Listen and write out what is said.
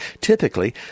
Typically